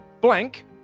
blank